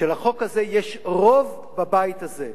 שלחוק הזה יש רוב בבית הזה.